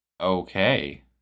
Okay